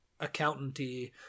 accountanty